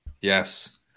yes